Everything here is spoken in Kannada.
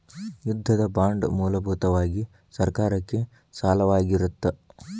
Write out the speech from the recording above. ಯುದ್ಧದ ಬಾಂಡ್ ಮೂಲಭೂತವಾಗಿ ಸರ್ಕಾರಕ್ಕೆ ಸಾಲವಾಗಿರತ್ತ